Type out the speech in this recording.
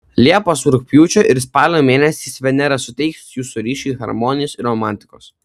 liepos rugpjūčio ir spalio mėnesiais venera suteiks jūsų ryšiui harmonijos ir romantikos